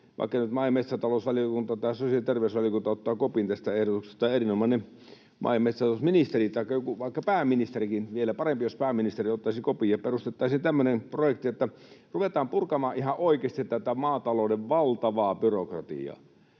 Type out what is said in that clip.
vaikka nyt maa- ja metsätalousvaliokunta tai sosiaali- ja terveysvaliokunta ottaa kopin tästä ehdotuksesta, erinomainen maa- ja metsätalousministeri tai vaikka pääministerikin, vielä parempi, jos pääministeri ottaisi kopin — tämmöisen projektin, että ruvetaan purkamaan ihan oikeasti tätä maatalouden valtavaa byrokratiaa.